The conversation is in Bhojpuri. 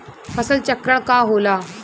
फसल चक्रण का होला?